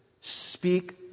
speak